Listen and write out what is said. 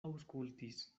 aŭskultis